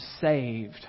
saved